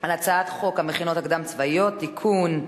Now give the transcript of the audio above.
על הצעת חוק המכינות הקדם-צבאיות (תיקון)